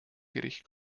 gericht